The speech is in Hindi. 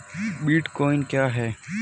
बिटकॉइन क्या है?